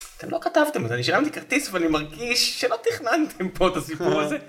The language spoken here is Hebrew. אתם לא כתבתם את זה, אני שילמתי כרטיס ואני מרגיש שלא תכננתם פה את הסיפור הזה.